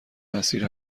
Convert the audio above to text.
مسیر